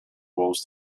wolves